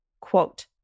quote